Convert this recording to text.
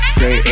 say